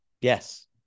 yes